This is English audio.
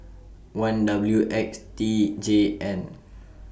one W X T J N